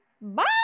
Bye